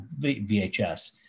VHS